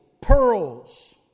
pearls